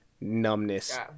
numbness